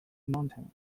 mountain